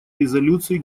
резолюции